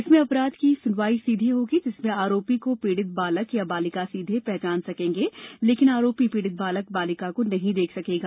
इसमें अपराध की सुनवाई सीधे होगी जिसमें आरोपी को पीड़ित बालक बालिका सीधे पहचान सकेंगे लेकिन आरोपी पीड़ित बालक बालिका को नहीं देख सकेगा